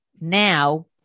now